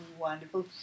wonderful